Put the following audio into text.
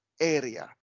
area